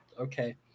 okay